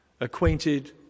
acquainted